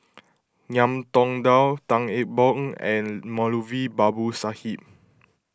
Ngiam Tong Dow Tan Eng Bock and Moulavi Babu Sahib